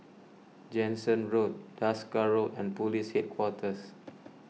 Jansen Road Desker Road and Police Headquarters